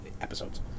episodes